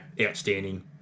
outstanding